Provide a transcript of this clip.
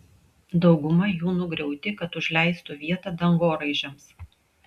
dauguma jų nugriauti kad užleistų vietą dangoraižiams